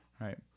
Right